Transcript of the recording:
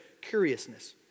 curiousness